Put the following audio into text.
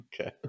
okay